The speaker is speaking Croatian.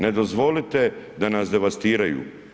Ne dozvolite da nas devastiraju.